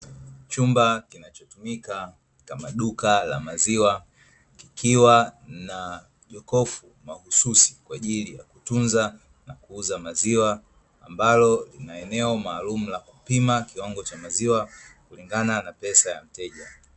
Chumba kinachotumika kama duka la maziwa kukiwa na jokofu mahususi kwa ajili ya kutunza na kuuza maziwa, ambalo lina eneo maalumu la kupima kiwango cha maziwa kulingana na pesa ya mteja.